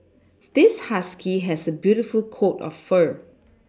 this husky has a beautiful coat of fur